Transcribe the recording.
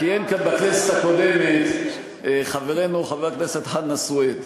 כיהן כאן בכנסת הקודמת חברנו חבר הכנסת חנא סוויד.